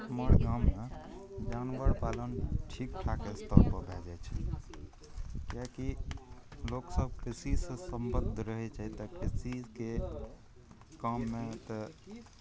हमर गाममे जानवर पालन ठीकठाक अस्तरपर भए जाए छै किएकि लोकसभ कृषिसे सम्बद्ध रहै छै तऽ कृषिके काममे तऽ